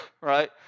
right